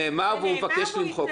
והוא מבקש למחוק את זה.